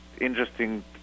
interesting